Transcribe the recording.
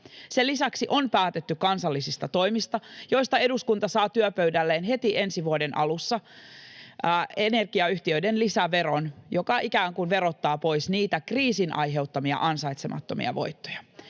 Sen lisäksi on päätetty kansallisista toimista, joista eduskunta saa työpöydälleen heti ensi vuoden alussa energiayhtiöiden lisäveron, joka ikään kuin verottaa pois niitä kriisin aiheuttamia ansaitsemattomia voittoja.